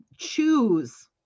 Choose